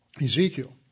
Ezekiel